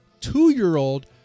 two-year-old